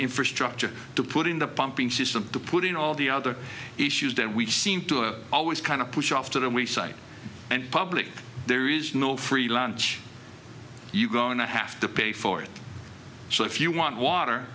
infrastructure to put in the pumping system to put in all the other issues that we seem to always kind of push off to the weak side and public there is no free lunch you're going to have to pay for it so if you want water